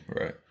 Right